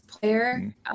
player